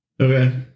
okay